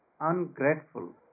ungrateful